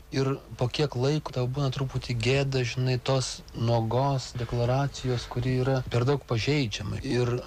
ir po kiek laiko tau būna truputį gėda žinai tos nuogos deklaracijos kuri yra per daug pažeidžiama ir